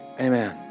amen